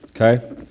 Okay